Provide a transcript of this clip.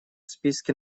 списке